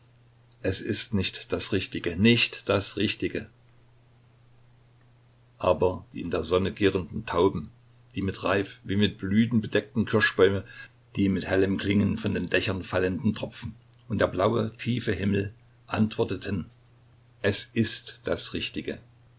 es ist nicht das richtige nicht das richtige aber die in der sonne girrenden tauben die mit reif wie mit blüten bedeckten kirschbäume die mit hellem klingen von den dächern fallenden tropfen und der blaue tiefe himmel antworteten es ist das richtige